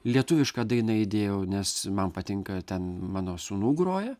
lietuvišką dainą įdėjau nes man patinka ten mano sūnų groja